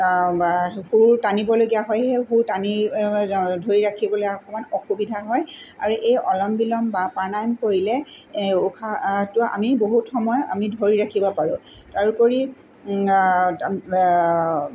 সুৰ টানিবলগীয়া হয় হেই সুৰ টানি ধৰি ৰাখিবলৈ অকণমান অসুবিধা হয় আৰু এই অলম বিলম বা প্ৰাণায়াম কৰিলে এই উশাহটো আমি বহুত সময় আমি ধৰি ৰাখিব পাৰোঁ তাৰ উপৰি